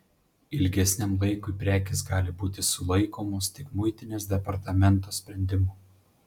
ilgesniam laikui prekės gali būti sulaikomos tik muitinės departamento sprendimu